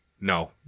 No